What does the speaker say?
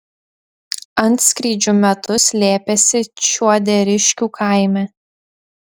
antskrydžių metu slėpėsi čiuoderiškių kaime